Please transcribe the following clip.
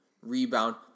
rebound